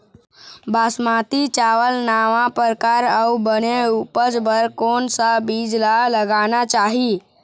बासमती चावल नावा परकार अऊ बने उपज बर कोन सा बीज ला लगाना चाही?